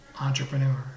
Entrepreneur